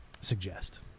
Suggest